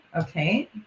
Okay